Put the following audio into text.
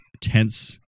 tense